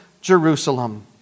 Jerusalem